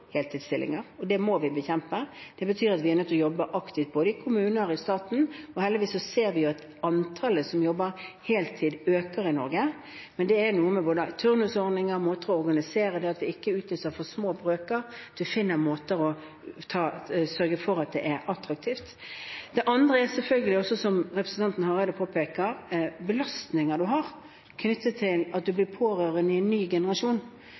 heltidsstillinger, og det må vi bekjempe. Det betyr at vi er nødt til å jobbe aktivt både i kommuner og i staten. Heldigvis ser vi at antallet som jobber heltid, øker i Norge, men det er noe med turnusordninger og måten å organisere det på, at det ikke utlyses for små brøker, og at man finner måter som gjør det attraktivt. Det andre er selvfølgelig også, som representanten Hareide påpeker, belastninger man har knyttet til at man blir pårørende i en ny generasjon,